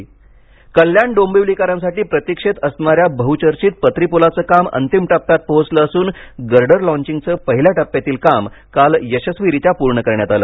पत्रीप्ल कल्याण डोंबिवलीकरांसाठी प्रतीक्षेत असणाऱ्या बहुचर्चित पत्रीपुलाचं काम अंतिम टप्प्यात पोहोचल असून गर्डर लाँचिंगचं पहिल्या टप्प्यातील काम काल यशस्वीरीत्या पूर्ण करण्यात आलं